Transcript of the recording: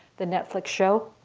the netflix show.